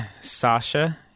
Sasha